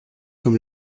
comme